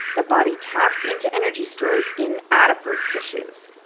the body taps into energy stores in adipose tissues.